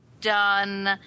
done